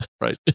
Right